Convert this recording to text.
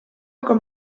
com